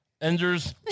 enders